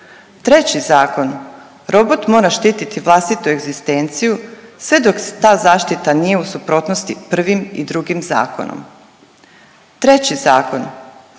robot mora štititi vlastitu egzistenciju sve dok ta zaštita nije u suprotnosti prvim i drugim zakonom.